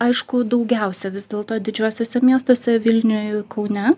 aišku daugiausia vis dėlto didžiuosiuose miestuose vilniuj kaune